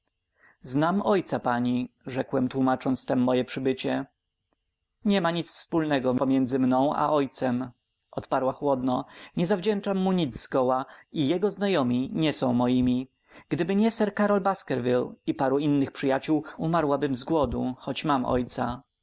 znam ojca pani rzekłem tłómacząc tem moje przybycie niema nic wspólnego pomiędzy mną a ojcem odparła chłodno nie zawdzięczam mu nic zgoła i jego znajomi nie są moimi gdyby nie sir karol baskerville i paru innych przyjaciół umarłabym z głodu choć mam ojca